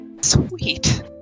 Sweet